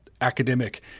academic